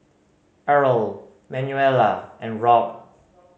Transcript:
Errol Manuela and Robb